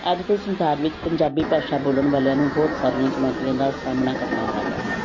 ਅੱਜ ਕੱਲ੍ਹ ਸੰਸਾਰ ਵਿੱਚ ਪੰਜਾਬੀ ਭਾਸ਼ਾ ਬੋਲਣ ਵਾਲਿਆਂ ਨੂੰ ਬਹੁਤ ਸਾਰੀਆਂ ਚੁਣੌਤੀਆਂ ਦਾ ਸਾਹਮਣਾ ਕਰਨਾ ਪੈ ਰਿਹਾ ਹੈ